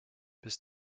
bis